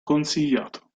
consigliato